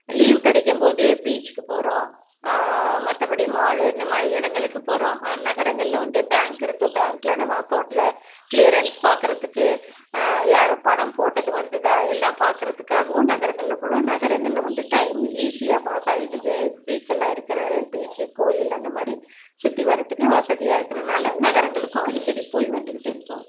leave கிடைக்கம்போது பீச்சுக்கு போகிறோம் மற்றபடி மாலு இந்த மாதிரி இடங்களுக்கு போகிறோம் நகரங்களில் வந்து பேங்க் இருக்குது பேங்க்கில் நம்ம அகௌன்ட்டில் கிளியரன்ஸ் பார்க்கறத்துக்கு யாரும் பணம் போட்டது வந்ததா எல்லாம் பார்க்கறத்துக்காகவும் நகரங்களில் போல் நகரங்களில் வந்து டைம் ஈஸியாக பாஸ்ஸாகிடுது பீச்செல்லாம் இருக்கிறது பீச்சி கோயில் அந்த மாதிரி சுற்றி வரத்துக்கு வசதியாக இருக்கிறனால நகரங்களுக்கும் அடிக்கடி போய் வந்துகிட்டு இருக்கோம்